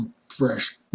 fresh